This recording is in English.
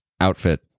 outfit